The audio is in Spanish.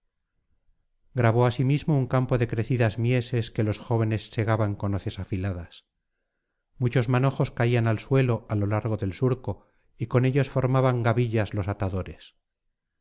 grabó asimismo un campo de crecidas mieses que los jóvenes segaban con hoces afiladas muchos manojos caían al suelo á lo largo del surco y con ellos formaban gavillas los atadores